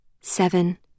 Seven